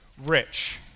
rich